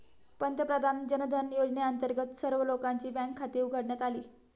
पंतप्रधान जनधन योजनेअंतर्गत सर्व लोकांची बँक खाती उघडण्यात आली